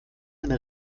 eine